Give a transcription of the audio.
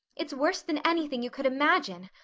it's worse than anything you could imagine.